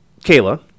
Kayla